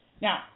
Now